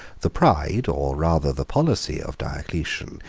the pride, or rather the policy, of diocletian,